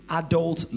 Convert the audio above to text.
adult